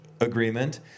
agreement